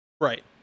Right